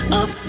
up